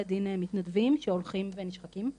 דין מתנדבים שהולכים ונשחקים --- נכון.